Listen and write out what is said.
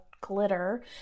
glitter